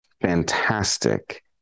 fantastic